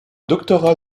doctorat